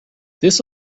this